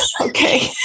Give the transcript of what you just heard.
Okay